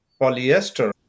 polyester